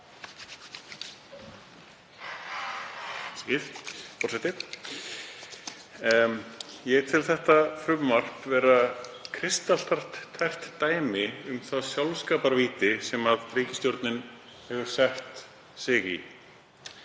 Ég tel þetta frumvarp vera kristaltært dæmi um það sjálfskaparvíti sem ríkisstjórnin hefur sett sig í